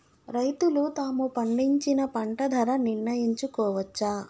రైతులు తాము పండించిన పంట ధర నిర్ణయించుకోవచ్చా?